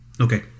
okay